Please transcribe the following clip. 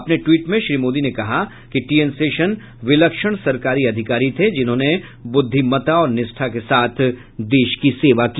अपने ट्वीट में श्री मोदी ने कहा है कि टी एन शेषन विलक्षण सरकारी अधिकारी थे जिन्होंने बुद्धिमत्ता और निष्ठा के साथ देश की सेवा की